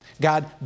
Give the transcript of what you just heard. God